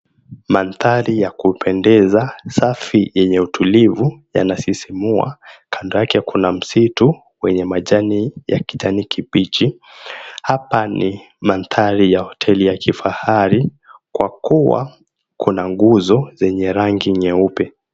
Mandhari ya kupendeza safi yenye utulivu yanasisimua, kando yake kuna msitu wenye majani ya kijani kibichi, hapa ni mandhari ya hoteli ya kifahari kuwa kuna nguzo zenye rangi nyeupe.